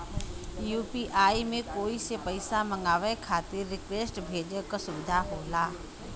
UPI में कोई से पइसा मंगवाये खातिर रिक्वेस्ट भेजे क सुविधा होला